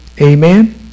Amen